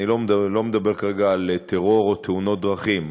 אני לא מדבר כרגע על טרור או תאונות דרכים,